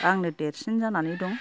आंनो देरसिन जानानै दं